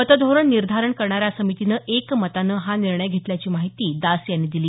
पतधोरण निर्धारण करणाऱ्या समितीनं एकमतानं हा निर्णय घेतल्याची माहिती दास यांनी दिली